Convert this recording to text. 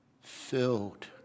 filled